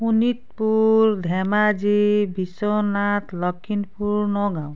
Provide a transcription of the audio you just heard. Sonitpur Dhemaji Biswanath Lakhimpur Nagaon